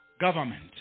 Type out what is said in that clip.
government